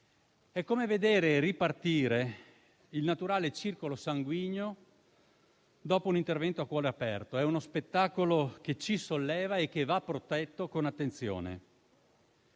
È come veder ripartire il naturale circolo sanguigno dopo un intervento a cuore aperto: è uno spettacolo che ci solleva e che va protetto con attenzione.